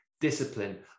discipline